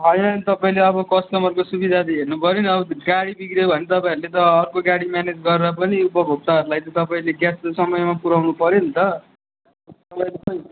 होइन नि तपाईँले अब कस्टमरको सुविधा त हेर्नु पऱ्यो नि अब गाडी बिग्रियो भने तपाईँहरूले त अर्को गाडी म्यानेज गरेर पनि उपभोक्ताहरूलाई चाहिँ तपाईँले ग्यास त समयमा पुऱ्याउनु पऱ्यो नि त